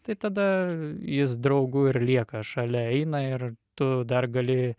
tai tada jis draugu ir lieka šalia eina ir tu dar gali